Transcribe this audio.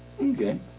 okay